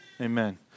Amen